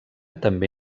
també